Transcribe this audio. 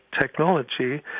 technology